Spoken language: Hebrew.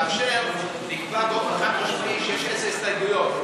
כאשר נקבע שיש עשר הסתייגויות,